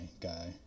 guy